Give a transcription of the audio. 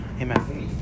Amen